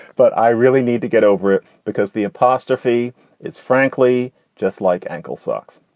but i really need to get over it because the apostrophe is frankly just like ankle socks,